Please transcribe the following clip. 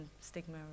stigma